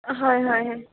হয় হয় হয়